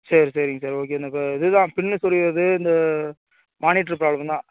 சரி சரிங்க sir okay sir இந்த இது தான் பின்னு சொருவுறது இந்த மானிட்ரு ப்ராப்ளம் தான்